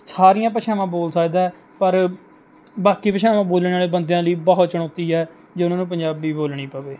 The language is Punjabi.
ਸਾਰੀਆਂ ਭਾਸ਼ਾਵਾਂ ਬੋਲ ਸਕਦਾ ਪਰ ਬਾਕੀ ਭਾਸ਼ਾਵਾਂ ਬੋਲਣ ਵਾਲੇ ਬੰਦਿਆਂ ਲਈ ਬਹੁਤ ਚੁਣੌਤੀ ਹੈ ਜੇ ਉਹਨਾਂ ਨੂੰ ਪੰਜਾਬੀ ਬੋਲਣੀ ਪਵੇ